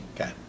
Okay